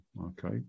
okay